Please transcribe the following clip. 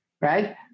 right